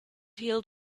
healed